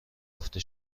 گفته